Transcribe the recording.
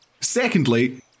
Secondly